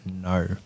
no